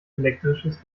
elektrisches